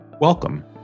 Welcome